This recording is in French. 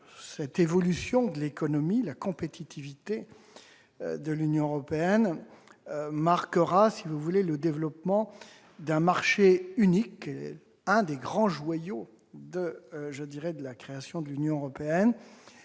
cette évolution de l'économie et de la compétitivité de l'Union européenne marquera le développement du marché unique, un des grands joyaux de la création de l'Union européenne.